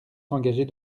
s’engager